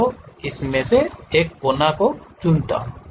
तो इसने उस कोने को चुना है